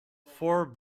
for